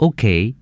Okay